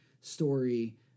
story